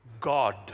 God